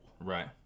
Right